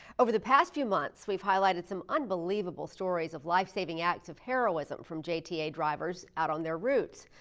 over the past few months we've highlighted some unbelievable stories of life-saving acts of heroism from jta drivers out on their routes.